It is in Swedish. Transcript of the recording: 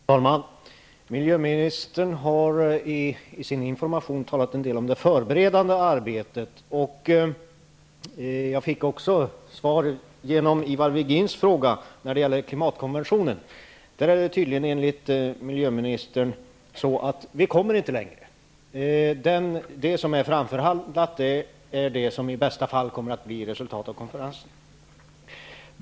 Fru talman! Miljöministern har i sin information talat en del om det förberedande arbetet. Jag fick också svar på en fråga jag hade tänkt ställa om klimatkonventionen genom miljöministerns svar på Ivar Virgins frågor. Enligt miljöministern kommer vi tydligen inte längre på den punkten, utan det som är framförhandlat är det som i bästa fall kommer att bli resultatet av konferensen.